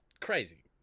crazy